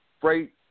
freight